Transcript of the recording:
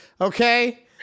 Okay